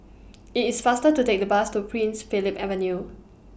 IT IS faster to Take The Bus to Prince Philip Avenue